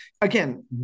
again